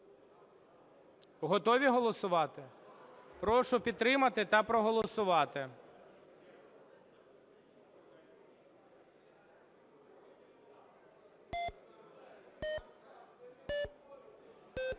Готові голосувати? Прошу підтримати та проголосувати.